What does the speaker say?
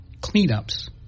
cleanups